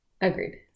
Agreed